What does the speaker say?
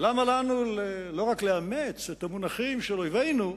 למה לנו, לא רק לאמץ את המונחים של אויבינו,